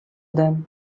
then